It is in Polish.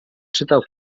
czytał